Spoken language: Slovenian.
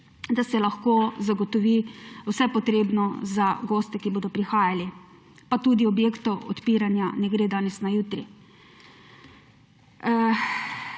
da se lahko zagotovi vse potrebno za goste, ki bodo prihajali. Pa tudi odpiranje objektov ne gre od danes na jutri.